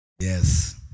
yes